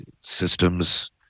systems